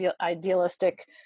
idealistic